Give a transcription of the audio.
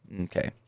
Okay